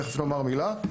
תכף נאמר על כך מילה.